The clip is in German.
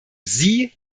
sie